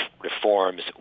reforms